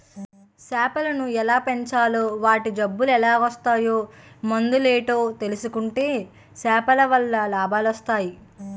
సేపలను ఎలాగ పెంచాలో వాటి జబ్బులెలాగోస్తాయో మందులేటో తెలుసుకుంటే సేపలవల్ల లాభాలొస్టయి